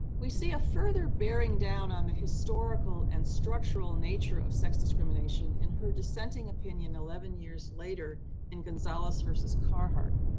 we see a further bearing down on the historical and structural nature of sex discrimination in her dissenting opinion eleven years later in gonzales versus carhart,